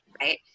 right